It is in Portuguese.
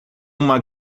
uma